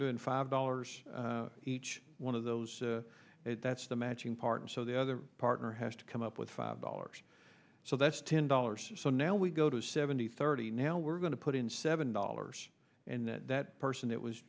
doing five dollars each one of those that's the matching part and so the other partner has to come up with five dollars so that's ten dollars or so now we go to seventy thirty now we're going to put in seven dollars and that person that was